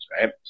right